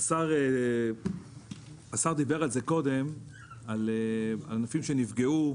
השר דיבר קודם על ענפים שנפגעו,